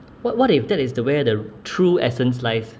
what what if that is the where the true essence lies